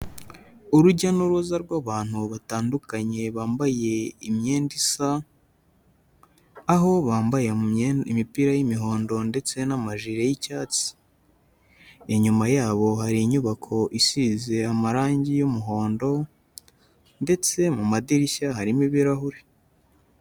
Urujya n'uruza rw'abantu batandukanye bambaye imyenda isa, aho bambaye imyenda imipira y'imihondo ndetse n'amajire y'icyatsi. Inyuma yabo hari inyubako isize amarangi y'umuhondo, ndetse mu madirishya harimo ibirahure.